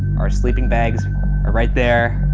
our sleeping bags are right there.